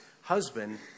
husband